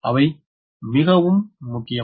அவை மிகவும் முக்கியம்